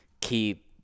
keep